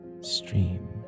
stream